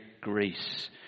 grace